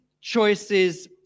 choices